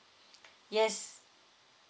yes